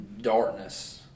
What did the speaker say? darkness